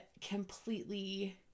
completely